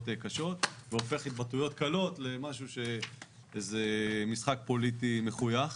קשות והופך התבטאויות קלות למשהו שזה משחק פוליטי מחויך.